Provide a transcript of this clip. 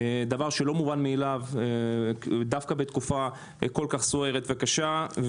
דבר שלא מובן מאליו דווקא בתקופה כה סוערת וקשה.